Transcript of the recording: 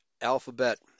alphabet